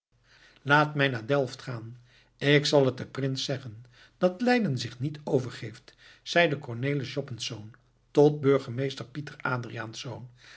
laat mij naar delft gaan ik zal het den prins zeggen dat leiden zich niet overgeeft zeide cornelis joppensz tot burgemeester pieter